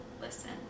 listen